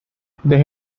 they